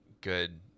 good